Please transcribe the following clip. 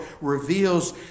reveals